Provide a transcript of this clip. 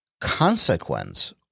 consequence